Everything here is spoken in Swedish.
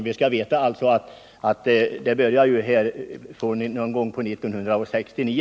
Vi skall veta att eländet började ungefär 1969.